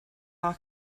our